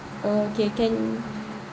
ah okay can